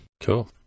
cool